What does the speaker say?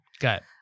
Got